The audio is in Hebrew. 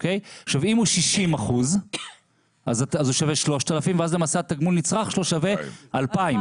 אם הוא 60% אז הוא שווה 3,000 ואז למעשה תגמול הנצרך שלו שווה 2,000,